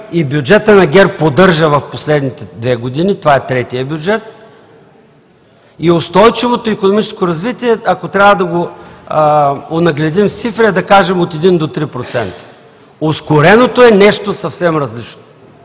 и бюджетът на ГЕРБ поддържа в последните две години, това е третият бюджет. Устойчивото икономическо развитие, ако трябва да го онагледим с цифри, е, да кажем, от 1 до 3%. Ускореното е нещо съвсем различно.